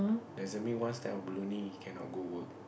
doesn't mean one stamp of ballooning he cannot go work